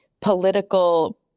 political